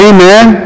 Amen